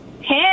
Hey